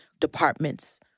departments